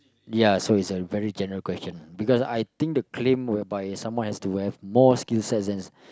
ya so is a very general question because I think the claim whereby someone has to wear more skill sets than